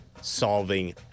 solving